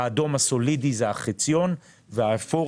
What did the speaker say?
האדום הסולידי זה החציון והאפור